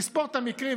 תספור את המקרים,